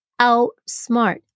outsmart